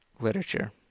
literature